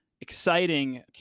exciting